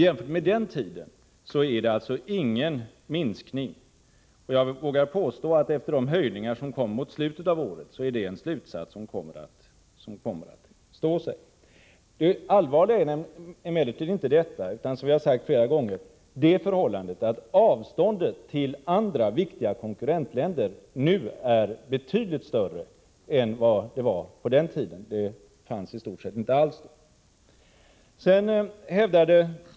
Jämfört med den tiden är det ingen minskning. Jag vågar hävda att det, efter de höjningar som kommer mot slutet av året, är en slutsats som lär stå sig. Det allvarliga är emellertid inte detta, utan — som vi har sagt flera gånger — det förhållandet att avståndet till andra viktiga konkurrentländer nu är betydligt större än vad det var på den tiden. Det fanns i stort sett inget avstånd alls då.